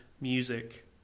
music